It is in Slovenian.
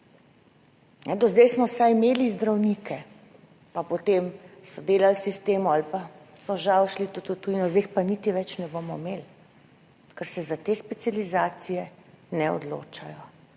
Do zdaj smo vsaj imeli zdravnike, pa potem so delali v sistemu ali pa so žal šli tudi v tujino, zdaj jih pa niti več ne bomo imeli, ker se za te specializacije ne odločajo.